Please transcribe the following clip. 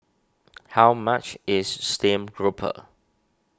how much is Stream Grouper